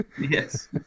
Yes